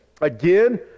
Again